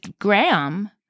Graham